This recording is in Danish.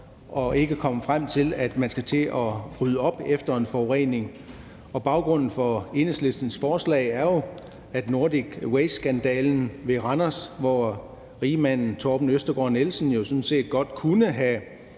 om ikke at komme frem til, at man skal til at rydde op efter en forurening. Baggrunden for Enhedslistens forslag er jo Nordic Waste-skandalen ved Randers, hvor rigmanden Torben Østergaard-Nielsen jo sådan set godt kunne have